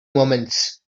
moments